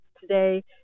today